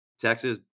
Texas